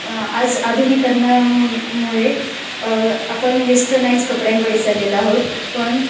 आज आधुनिक कारणामुळे मुळे आपण वेस्टनाइज कपड्यांकडे चाललेलो आहोत पण